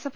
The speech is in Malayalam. എഫ്